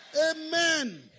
Amen